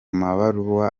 mabaruwa